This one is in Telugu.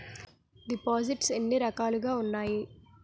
దిపోసిస్ట్స్ ఎన్ని రకాలుగా ఉన్నాయి?